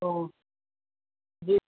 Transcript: तो जी